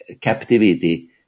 captivity